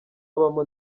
abamo